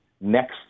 next